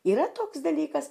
yra toks dalykas